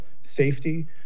safety